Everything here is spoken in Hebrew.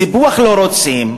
סיפוח לא רוצים.